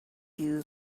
you